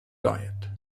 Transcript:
diet